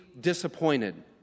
disappointed